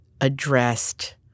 addressed